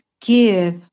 give